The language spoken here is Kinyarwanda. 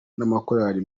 n’amakorali